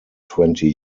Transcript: twenty